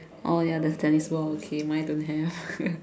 oh ya there's tennis ball okay mine don't have